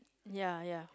ya ya